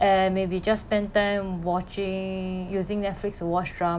and maybe just spend time watching using Netflix to watch dra~